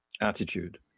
attitude